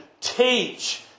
teach